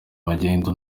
magendu